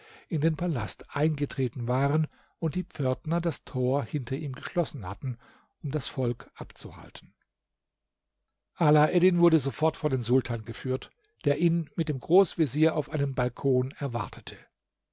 in den palast eingetreten waren und die pförtner das tor hinter ihm geschlossen hatten um das volk abzuhalten alaeddin wurde sofort vor den sultan geführt der ihn mit dem großvezier auf einem balkon erwartete